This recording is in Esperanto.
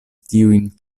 tiujn